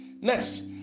Next